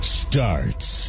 starts